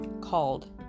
called